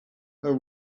her